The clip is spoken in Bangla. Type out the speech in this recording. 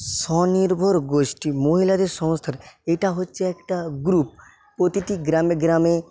স্বনির্ভর গোষ্ঠী মহিলাদের সংস্থার এটা হচ্ছে একটা গ্রুপ তিটি গ্রামে গ্রামে